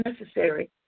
necessary